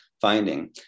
finding